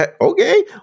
Okay